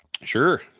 Sure